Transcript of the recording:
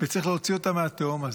וצריך להוציא אותם מהתהום הזה.